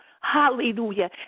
hallelujah